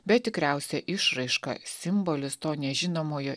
bet tikriausia išraiška simbolis to nežinomojo